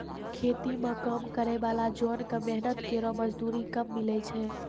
खेती म काम करै वाला जोन क मेहनत केरो मजदूरी कम मिलै छै